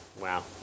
Wow